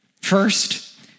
First